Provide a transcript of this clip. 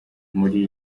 muri